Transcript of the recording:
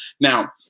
Now